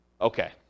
okay